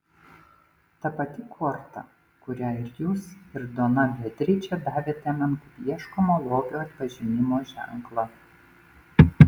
ta pati korta kurią ir jūs ir dona beatričė davėte man kaip ieškomo lobio atpažinimo ženklą